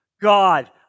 God